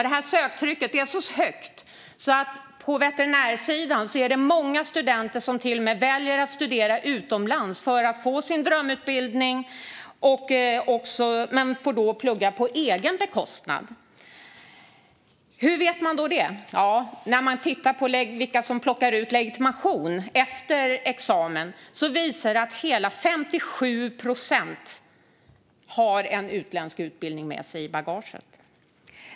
Detta söktryck är så stort att det på veterinärsidan är många studenter som till och med väljer att studera utomlands för att få sin drömutbildning. Men de får då plugga på egen bekostnad. Hur vet man detta? När man tittar på vilka som plockar ut legitimation efter examen visar det sig att hela 57 procent har en utländsk utbildning med sig i bagaget.